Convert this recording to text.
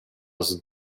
was